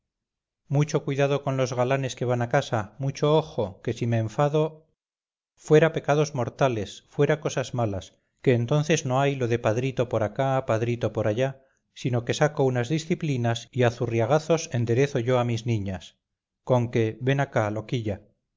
mucho cuidado con los galanes que van a casa mucho ojo que si me enfado fuera pecados mortales fuera cosas malas que entonces no hay lo de padrito por acá padrito por allá sino que saco unas disciplinas y a zurriagazos enderezo yo a mis niñas conque ven acá loquilla